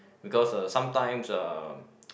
because uh sometimes uh